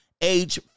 age